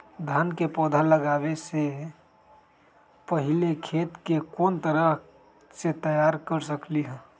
धान के पौधा लगाबे से पहिले खेत के कोन तरह से तैयार कर सकली ह?